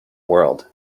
world